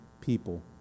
people